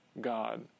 God